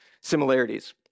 similarities